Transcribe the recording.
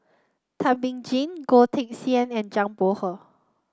Thum Ping Tjin Goh Teck Sian and Zhang Bohe